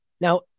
Now